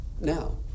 now